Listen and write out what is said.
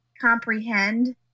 comprehend